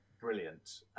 brilliant